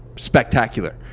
spectacular